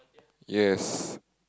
yes